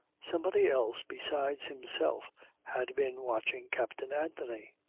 somebody else besides himself had been watching captain anthony.